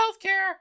healthcare